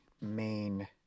main